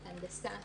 הנדסה,